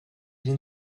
den